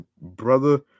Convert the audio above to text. brother